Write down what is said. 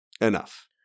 enough